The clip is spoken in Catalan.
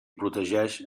protegeix